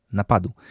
napadu